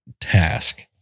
task